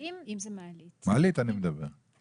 אני מדבר על מעלית.